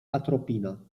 atropina